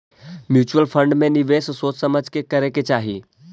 mutual fund में निवेश सोच समझ के करे के चाहि